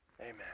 Amen